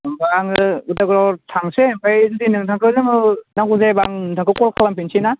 होनबा आङो अदालगुरियाव थांनोसै ओमफ्राय जुदि नोंथांखो जोङो नांगौ जायोबा आं नोंथांखौ कल खालामफिननोसै ना